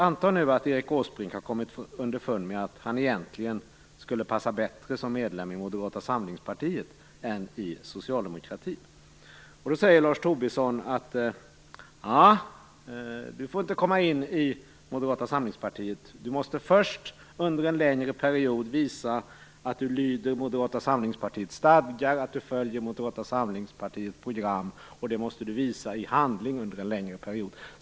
Antag att Erik Åsbrink har kommit underfund med att han egentligen skulle passa bättre som medlem i Moderata samlingspartiet än i Socialdemokraterna. Då säger Lars Tobisson: Du får inte komma in i Moderata samlingspartiet, du måste först under en längre period visa att du lyder Moderata samlingspartiets stadgar, att du följer Moderata samlingspartiets program. Det måste du visa i handling under en längre period.